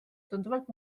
tunduvalt